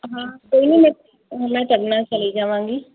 ਹਾਂ ਕੋਈ ਨਹੀਂ ਮੈਂ ਚਲਣਾ ਚਲੀ ਜਾਵਾਂਗੀ